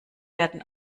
werden